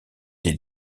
des